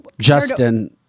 Justin